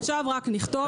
עכשיו רק נכתוב,